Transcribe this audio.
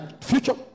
future